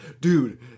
dude